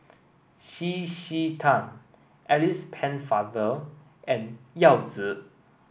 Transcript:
C C Tan Alice Pennefather and Yao Zi